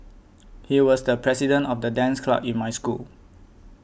he was the president of the dance club in my school